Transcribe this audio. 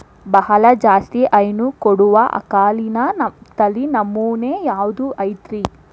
ಬಹಳ ಜಾಸ್ತಿ ಹೈನು ಕೊಡುವ ಆಕಳಿನ ತಳಿ ನಮೂನೆ ಯಾವ್ದ ಐತ್ರಿ?